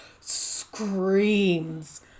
screams